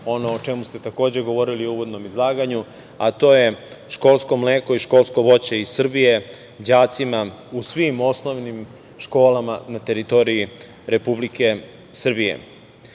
ono o čemu ste takođe, govorili u uvodnom izlaganju, a to je školsko mleko i školsko voće iz Srbije đacima u svim osnovnim školama na teritoriji Republike Srbije. Voditi